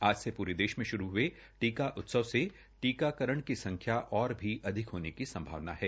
आज से पूरे देश मे शुरू हये टीका उत्सव से टीकाकरण की संख्या और भी अधिक होने की संभावना है